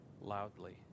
loudly